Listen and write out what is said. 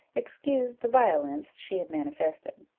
excused the violence she had manifested.